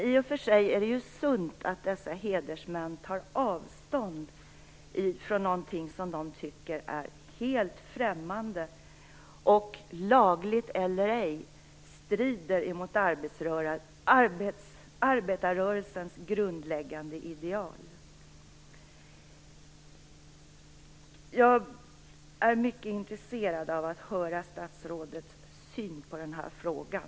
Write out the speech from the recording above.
I och för sig är det sunt att dessa hedersmän tar avstånd från något som de betraktar som helt främmande och - lagligt eller ej - som strider mot arbetarrörelsens grundläggande ideal. Jag är mycket intresserad av att höra vad statsrådet har för syn på den här frågan.